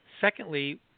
secondly